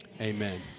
amen